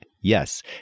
yes